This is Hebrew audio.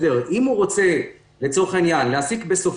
אם לצורך העניין הוא רוצה להעסיק את כוח